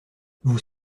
vous